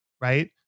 Right